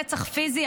רצח פיזי.